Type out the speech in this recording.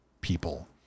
people